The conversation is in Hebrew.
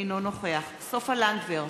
אינו נוכח סופה לנדבר,